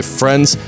friends